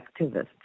activists